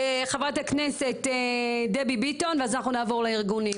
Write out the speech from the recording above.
חברת הכנסת דבי ביטון ואז אנחנו נעבור לארגונים.